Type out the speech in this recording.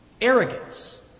Arrogance